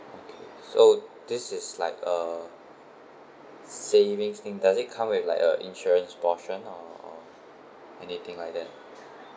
okay so this is like a savings thing does it come with like a insurance portion or or anything like that